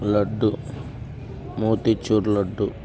laddu motichoor laddu